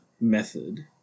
method